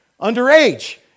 underage